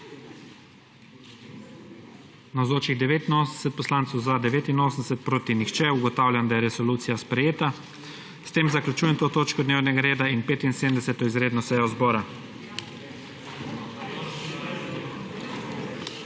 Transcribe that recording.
(Za je glasovalo 89.) (Proti nihče.) Ugotavljam, da je resolucija sprejeta. S tem zaključujem to točko dnevnega reda in 75. izredno sejo zbora.